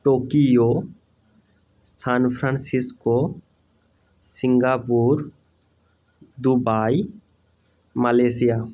Tokyo San Francisco Singapore Dubai Malaysia